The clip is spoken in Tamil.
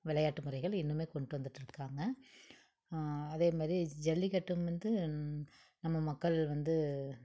விளையாட்டு முறைகள் இன்னுமே கொண்டு வந்துகிட்ருக்காங்க அதேமாதிரி ஜல்லிக்கட்டும் வந்து நம்ம மக்கள் வந்து